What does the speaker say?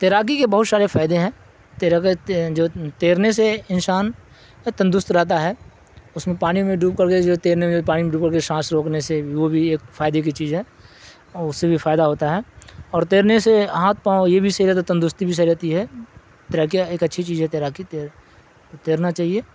تیراکی کے بہت سارے فائدے ہیں تیراک جو تیرنے سے انسان تندرست رہتا ہے اس میں پانی میں ڈوب کر کے جو تیرنے میں پانی میں ڈوب کر کے سانس روکنے سے بھی وہ بھی ایک فائدے کی چیز ہے اس سے بھی فائدہ ہوتا ہے اور تیرنے سے ہاتھ پاؤں یہ بھی صحت اور تندرستی بھی صحیح رہتی ہے تیراکی ایک اچھی چیز ہے تیراکی تیر تیرنا چاہیے